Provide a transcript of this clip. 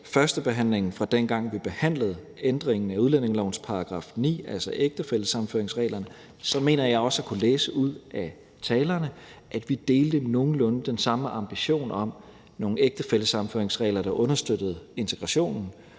førstebehandlingen, fra dengang vi behandlede ændringen af udlændingelovens § 9, altså ægtefællesammenføringsreglerne, så mener jeg også at kunne læse ud af talerne, at vi delte nogenlunde den samme ambition om nogle ægtefællesammenføringsregler, der understøttede integrationen,